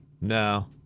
No